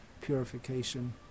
purification